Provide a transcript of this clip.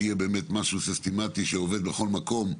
כדי שיהיה משהו סיסטמתי שעובד בכל מקום.